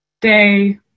day